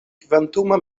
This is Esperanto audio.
kvantuma